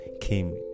came